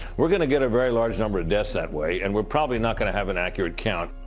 we're gonna get a very large number of deaths that way, and we're probably not gonna have an accurate count.